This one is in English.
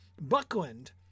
Buckland